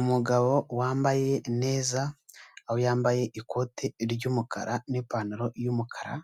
Umugabo wambaye neza aho yambaye ikote ry'umukara n'ipantaro y'umukara